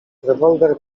rewolwer